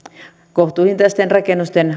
kohtuuhintaisten rakennusten